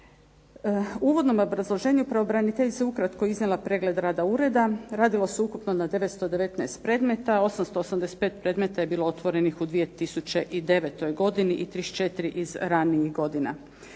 U uvodnom obrazloženju pravobraniteljica je ukratko iznijela pregled rada ureda. Radilo se ukupno na 919 predmeta, 885 predmeta je bilo otvorenih u 2009. godini i 34 iz ranijih godina.